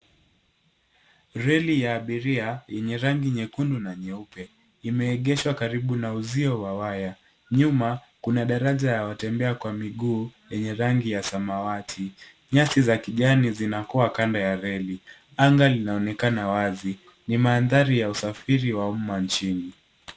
Reli ya abiria yenye rangi nyekundu na nyeupe imeekeshwa karibu na usio wa waya nyuma kuna daraja ya watembea kwa mikuu yenye rangi ya samawati, nyasi za kijani zinakiwa kando ya reli ,angani linaonekana wazi ni mandhari ya usafiri wa umma injini